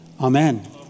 Amen